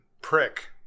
prick